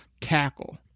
tackle